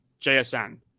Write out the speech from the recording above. JSN